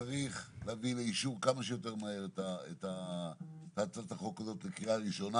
שצריך להביא לאישור כמה שיותר מהר את הצעת החוק הזאת לקריאה ראשונה.